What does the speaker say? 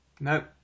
Nope